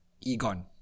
Egon